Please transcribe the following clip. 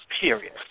Period